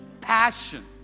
Passion